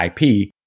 IP